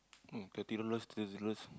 eh thirty dollars thirty dollars